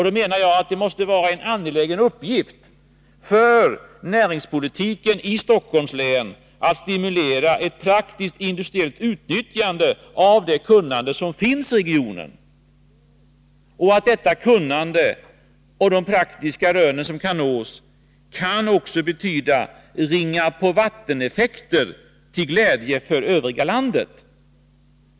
Det måste vara en angelägen uppgift för näringspolitiken i Stockholms län att stimulera till ett praktiskt industriellt utnyttjande av det kunnande som finns i regionen. Och det kunnande som finns och de praktiska rön som kan nås kan också betyda ringar-på-vattnet-effekter till glädje för övriga landet.